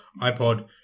iPod